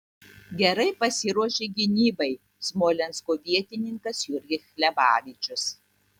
gerai pasiruošė gynybai smolensko vietininkas jurgis hlebavičius